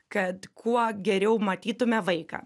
kad kuo geriau matytume vaiką